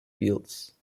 fields